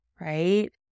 right